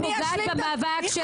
היא חושבת שאלימות זה בסדר?